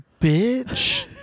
Bitch